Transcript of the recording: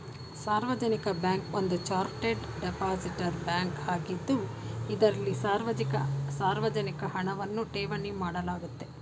ಸಾರ್ವಜನಿಕ ಬ್ಯಾಂಕ್ ಒಂದು chartered depository bank ಆಗಿದ್ದು ಇದ್ರಲ್ಲಿ ಸಾರ್ವಜನಿಕ ಹಣವನ್ನ ಠೇವಣಿ ಮಾಡಲಾಗುತ್ತೆ